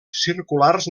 circulars